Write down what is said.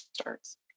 starts